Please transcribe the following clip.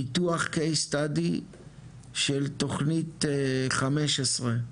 ניתוח CASE STUDY של תכנית 15,